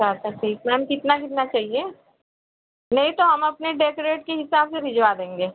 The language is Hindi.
चार तक चाहिए मैम कितना कितना चाहिए नहीं तो हम अपने डेकोरेट के हिसाब से भिजवा देंगे